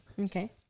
Okay